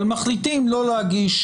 אבל מחליטים לא להגיש